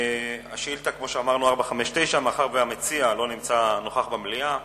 שאילתא 459 מאחר שהשואל לא נוכח במליאה,